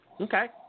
Okay